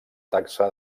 taxa